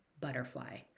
butterfly